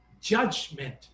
judgment